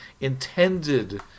intended